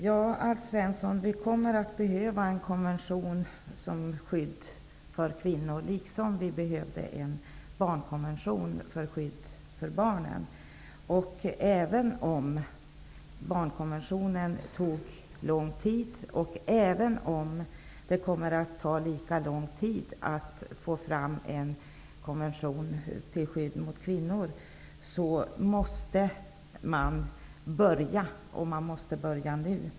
Fru talman! Vi kommer, Alf Svensson, att behöva en konvention till skydd för kvinnor liksom vi behövde en barnkonvention till skydd för barnen. Även om barnkonventionen tog lång tid och även om det kommer att ta lika lång tid att få fram en konvention till skydd för kvinnor, måste man någon gång börja, och man måste börja nu.